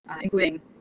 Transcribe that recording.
including